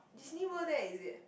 Disney World there is it